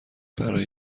برای